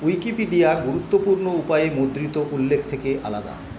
Wikipedia গুরুত্বপূর্ণ উপায়ে মুদ্রিত উল্লেখ থেকে আলাদা